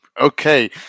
Okay